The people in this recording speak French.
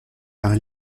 par